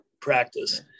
practice